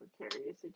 precarious